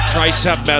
Tricep